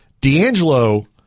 d'angelo